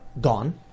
gone